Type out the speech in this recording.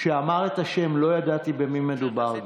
כשאמר את השם לא ידעתי במי מדובר,